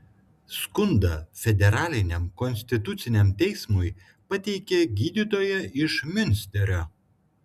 skundą federaliniam konstituciniam teismui pateikė gydytoja iš miunsterio